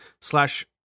slash